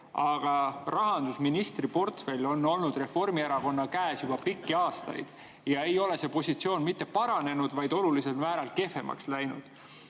aga rahandusministri portfell on olnud Reformierakonna käes juba pikki aastaid, kuid see positsioon ei ole mitte paranenud, vaid on olulisel määral kehvemaks läinud.